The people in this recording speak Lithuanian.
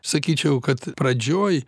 sakyčiau kad pradžioj